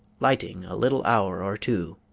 lighting a little hour or two